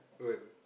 when